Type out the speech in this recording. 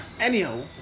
anyhow